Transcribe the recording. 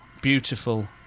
beautiful